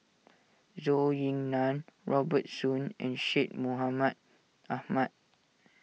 Zhou Ying Nan Robert Soon and Syed Mohamed Ahmed